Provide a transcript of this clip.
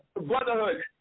brotherhood